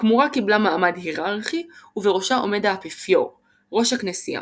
הכמורה קיבלה מעמד היררכי ובראשה עומד האפיפיור – ראש הכנסייה.